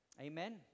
Amen